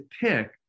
pick